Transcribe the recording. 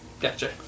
Gotcha